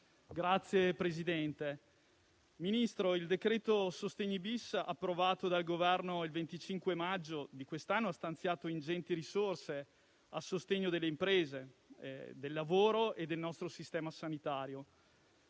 Presidente, signor Ministro, il decreto-legge sostegni *bis*, approvato dal Governo il 25 maggio di quest'anno ha stanziato ingenti risorse a sostegno delle imprese, del lavoro e del nostro sistema sanitario.